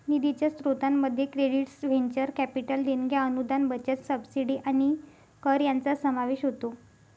निधीच्या स्त्रोतांमध्ये credits venture capital देणग्या अनुदान बचत सबसिडी आणि कर यांचा समावेश होतो